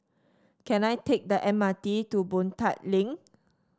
can I take the M R T to Boon Tat Link